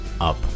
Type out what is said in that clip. up